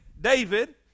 David